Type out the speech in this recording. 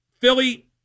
Philly